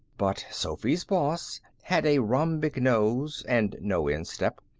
but sophy's boss had a rhombic nose, and no instep,